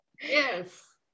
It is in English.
Yes